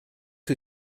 who